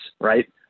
right